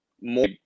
more